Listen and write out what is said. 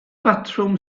batrwm